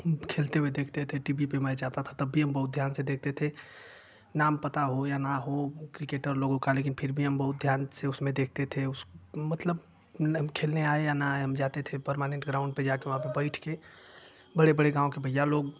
खेलते हुए देखते थे टी वी पर मैच आता था तब भी हम बहुत ध्यान से देखते थे नाम पता हो या ना हो क्रिकेटर लोगों का लेकिन फिर भी हम बहुत ध्यान से उसमें देखते थे मतलब खेलने आये या ना आये हम जाते थे परमानेंट ग्राउंड पर जा कर वहाँ पर बैठ कर बड़े बड़े गाँव के भैया लोग